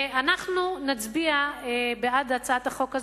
ואנחנו נצביע בעד הצעת החוק.